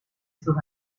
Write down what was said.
sus